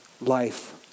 life